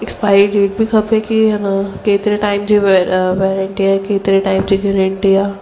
expiry date बि खपे की अना केतिरे टाइम जी वेर वेरंटी आए केतिरे टाइम जी गेरंटी आ